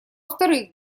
вторых